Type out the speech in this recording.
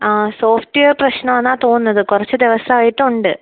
ആ software പ്രശ്നം ആണെന്നാണ് തോന്നുന്നത് കുറച്ചു ദിവസമായിട്ട് ഉണ്ട്